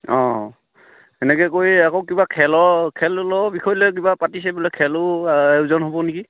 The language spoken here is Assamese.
অঁ এনেকৈ কৰি আকৌ কিবা খেলৰ খেলা ধূলাৰ বিষয় লৈ কিবা পাতিছে বোলে খেলো আয়োজন হ'ব নেকি